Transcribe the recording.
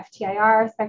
FTIR